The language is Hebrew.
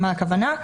מה הכוונה?